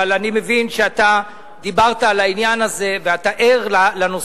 אבל אני מבין שאתה דיברת על העניין הזה ואתה ער לנושא.